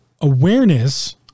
Awareness